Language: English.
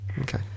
Okay